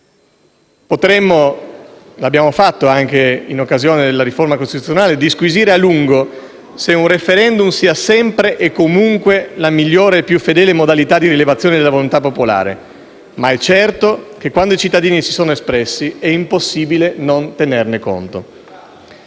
Potremmo - lo abbiamo fatto anche in occasione della riforma costituzionale - disquisire a lungo se un *referendum* sia sempre e comunque la migliore e più fedele modalità di rilevazione della volontà popolare, ma è certo che quando i cittadini si sono espressi è impossibile non tenerne conto.